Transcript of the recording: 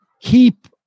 keep